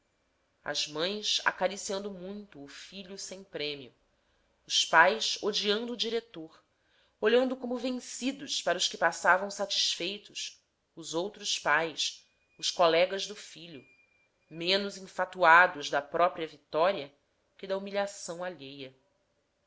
as mães acariciando muito o filho sem prêmio os pais odiando o diretor olhando como vencidos para os que passavam satisfeitos os outros pais os colegas do filho menos enfatuados da própria vitória que da humilhação alheia